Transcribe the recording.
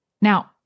Now